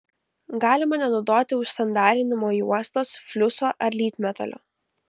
galima nenaudoti užsandarinimo juostos fliuso ar lydmetalio